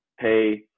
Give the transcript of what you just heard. pay